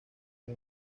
con